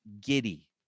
giddy